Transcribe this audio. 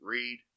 Read